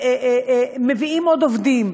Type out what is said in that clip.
מביאים עוד עובדים,